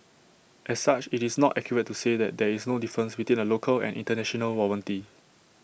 as such it's not accurate to say that there is no difference between A local and International warranty